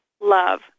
love